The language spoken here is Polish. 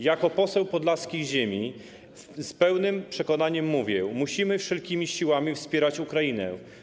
Jako poseł podlaskiej ziemi z pełnym przekonaniem mówię: musimy wszelkimi siłami wspierać Ukrainę.